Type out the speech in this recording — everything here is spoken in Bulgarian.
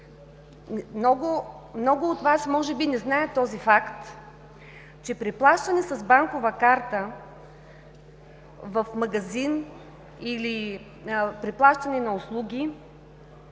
много от Вас не знаят факта, че при плащане с банкова карта в магазин или при плащане на услуги